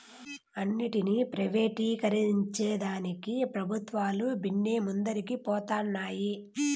అన్నింటినీ ప్రైవేటీకరించేదానికి పెబుత్వాలు బిన్నే ముందరికి పోతన్నాయి